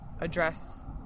address